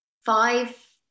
five